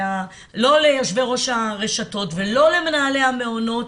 ליו"ר הרשתות ולא למנהלי המעונות,